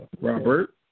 Robert